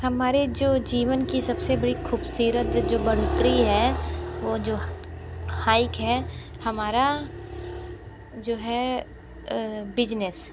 हमारे जो जीवन की सबसे बड़ी खूबसूरत जो बढ़ोतरी है वो जो हाइक है हमारा जो है बिजनेस